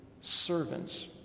servants